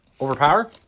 Overpower